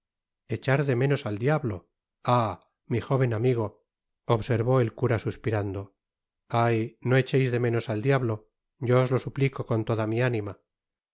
echar de menos al diablo ah mi jóven amigo observó el cura suspirando ay no echeis de menos al diablo yo os lo suplico con toda mi ánima